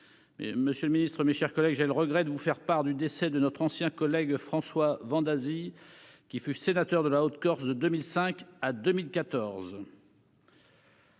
sous les réserves d'usage. J'ai le regret de vous faire part du décès de notre ancien collègue François Vendasi, qui fut sénateur de la Haute-Corse de 2005 à 2014.